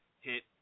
hit